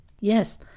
Yes